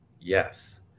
Yes